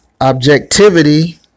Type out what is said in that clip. objectivity